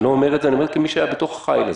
אני אומר את זה כמי שהיה בחיל הזה.